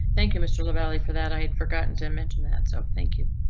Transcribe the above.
thank you mr lavalley for that. i had forgotten to mention that so thank you.